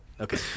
okay